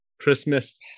Christmas